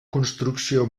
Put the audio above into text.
construcció